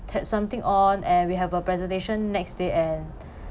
had something on and we have a presentation next day and